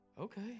okay